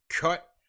cut